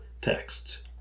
texts